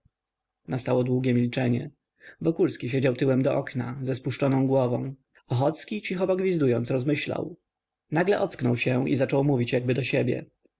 długów nastało długie milczenie wokulski siedział tyłem do okna ze spuszczoną głową ochocki cicho pogwizdując rozmyślał nagle ocknął się i zaczął mówić jakby do siebie